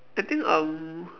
I think um